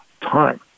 time